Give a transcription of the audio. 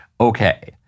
Okay